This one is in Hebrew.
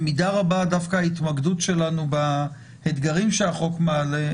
במידה רבה ההתמקדות שלנו באתגרים שהחוק מעלה,